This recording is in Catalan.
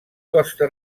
costa